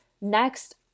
Next